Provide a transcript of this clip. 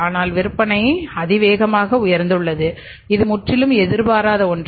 ஆனால் விற்பனை அதிவேகமாக உயர்ந்துள்ளது இது முற்றிலும் எதிர்பாராத ஒன்று